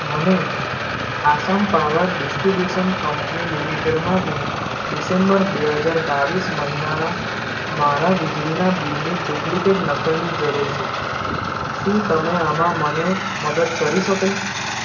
મને Assam power distribution company લિમિટેડમાંથી December બે હજાર બાવીસ મહિનાના મારા વીજળીના બિલની ડુપ્લિકેટ નકલની જરૂર છે શું તમે આમાં મને મદદ કરી શકો